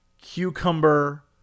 Cucumber